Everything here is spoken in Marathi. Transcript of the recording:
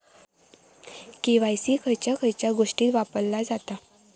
के.वाय.सी खयच्या खयच्या गोष्टीत वापरला जाता?